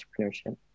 entrepreneurship